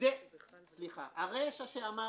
הרישה שאמרת,